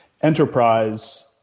enterprise